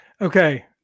Okay